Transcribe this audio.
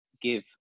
give